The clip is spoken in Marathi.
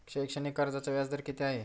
शैक्षणिक कर्जाचा व्याजदर किती आहे?